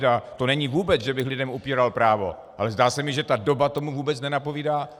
A to není vůbec, že bych lidem upíral právo, ale zdá se mi, že ta doba tomu vůbec nenapovídá.